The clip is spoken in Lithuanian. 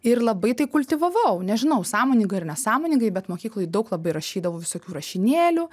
ir labai tai kultivavau nežinau sąmoningai ar nesąmoningai bet mokykloj daug labai rašydavau visokių rašinėlių